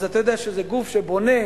אתה יודע שזה גוף שבונה,